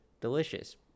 delicious